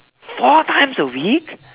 four times a week